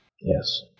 Yes